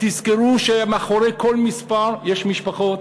תזכרו שמאחורי כל מספר יש משפחות,